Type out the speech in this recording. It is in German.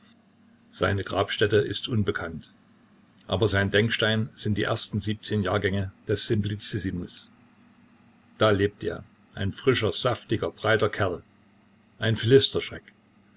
seine grabstätte ist unbekannt aber sein denkstein sind die ersten siebzehn jahrgänge des simplicissimus da lebt er ein frischer saftiger breiter kerl ein